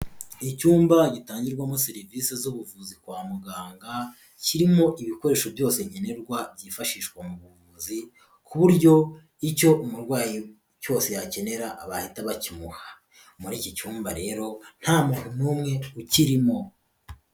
Icyumba gitangirwamo serivisi z'ubuvuzi kwa muganga, kirimo ibikoresho byose nkenerwa byifashishwa mu buvuzi ku buryo icyo umurwayi cyose yakenera bahita bakimuha. Muri iki cyumba rero nta muntu n'umwe ukirimo.